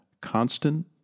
constant